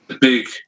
big